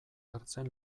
hartzen